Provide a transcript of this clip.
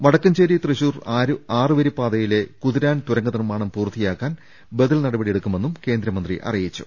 വടക്കഞ്ചേരി തൃശൂർ ആറുവരി പാതയിലെ കുതിരാൻ തുരങ്ക നിർമ്മാണം പൂർത്തിയാക്കാൻ ബദൽ നടപടിയെടു ക്കുമെന്നും കേന്ദ്രമന്ത്രി അറിയിച്ചു